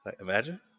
Imagine